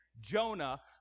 Jonah